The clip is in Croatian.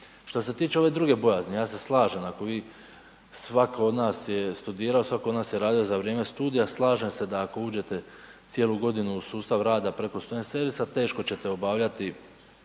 Što se tiče ove druge bojazni, ja se slažem, ako vi svako od nas je studirao, svako od nas je radio za vrijeme studija, slažem se da ako uđete cijelu godinu u sustav rada preko student servisa teško ćete obavljati